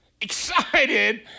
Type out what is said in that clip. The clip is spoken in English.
excited